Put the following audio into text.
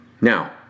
Now